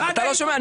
אתה לא שומע.